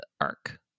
arc